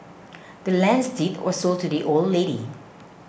the land's deed were sold to the old lady